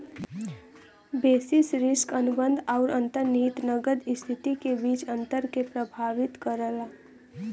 basis risk अनुबंध आउर अंतर्निहित नकद स्थिति के बीच अंतर के प्रभावित करला